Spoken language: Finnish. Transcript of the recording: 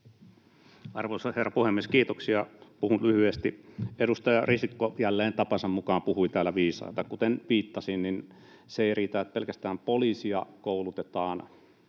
Arvoisa herra puhemies! Kiitoksia, puhun lyhyesti. — Edustaja Risikko jälleen, tapansa mukaan, puhui täällä viisaita. Kuten viittasin, se ei riitä, että pelkästään poliisia koulutetaan